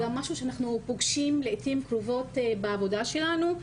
גם משהו שאנחנו פוגשים לעיתים קרובות בעבודה שלנו.